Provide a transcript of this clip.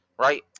Right